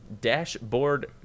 dashboard